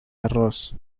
arroz